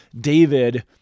David